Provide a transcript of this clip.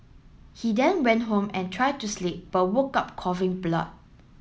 he then went home and tried to sleep but woke up coughing blood